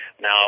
Now